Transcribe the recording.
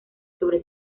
sobre